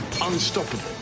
Unstoppable